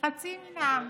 חצי מן העם.